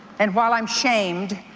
and while i'm shamed